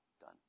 done